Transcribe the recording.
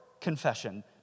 confession